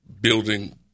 building